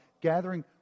Gathering